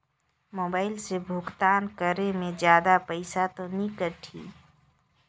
Mobile से भुगतान करे मे जादा पईसा तो नि कटही?